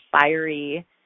fiery